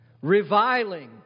Reviling